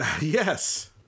Yes